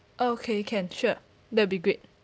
okay can sure that will be great